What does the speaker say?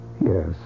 Yes